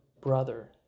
brother